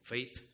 Faith